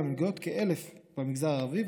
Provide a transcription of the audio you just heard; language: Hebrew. כ-1,000 הן במגזר הערבי,